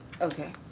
okay